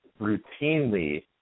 routinely